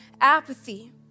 apathy